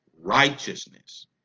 righteousness